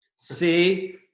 See